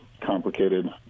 complicated